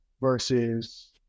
versus